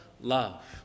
love